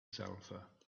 sulfur